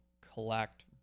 collect